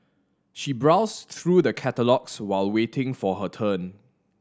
she browsed through the catalogues while waiting for her turn